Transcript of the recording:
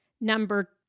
Number